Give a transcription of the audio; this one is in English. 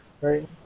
right